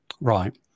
Right